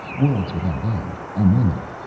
worlds without end. unlimited,